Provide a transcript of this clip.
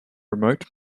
remote